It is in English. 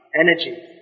energy